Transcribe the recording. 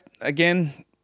again